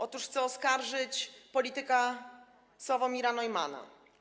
Otóż chce oskarżyć polityka Sławomira Neumanna.